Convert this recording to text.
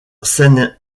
seine